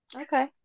Okay